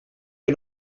que